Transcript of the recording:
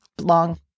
long